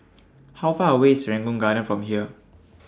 How Far away IS Serangoon Garden from here